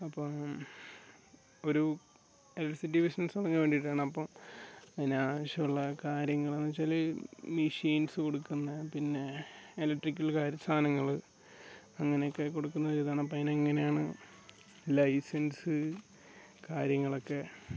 അപ്പം ഒരു electricity business തുടങ്ങാൻ വേണ്ടിട്ടാണ് അപ്പം അതിന് ആവശ്യമുള്ള കാര്യങ്ങൾ എന്ന് വെച്ചാൽ മിഷീൻസ് കൊടുക്കുന്നത് പിന്നെ എലക്ട്രിക്കല് കാര്യം സാധനങ്ങൾ അങ്ങനെ ഒക്കെ കൊടുക്കുന്ന ഒരു ഇതാണ് അപ്പം അതിനെങ്ങനെ ആണ് ലൈസൻസ് കാര്യങ്ങൾ ഒക്കെ